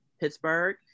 Pittsburgh